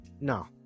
no